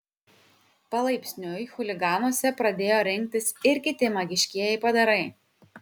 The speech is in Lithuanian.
palaipsniui chuliganuose pradėjo rinktis ir kiti magiškieji padarai